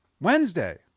Wednesday